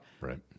Right